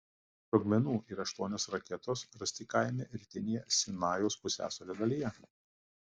sprogmenų ir aštuonios raketos rasti kaime rytinėje sinajaus pusiasalio dalyje